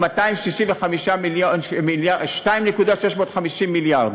תסביר, שאני אבין, החזרנו 2.65 מיליארד.